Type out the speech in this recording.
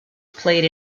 played